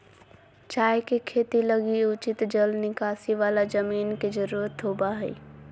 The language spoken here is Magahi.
चाय के खेती लगी उचित जल निकासी वाला जमीन के जरूरत होबा हइ